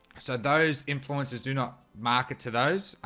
so those influencers do not market to those.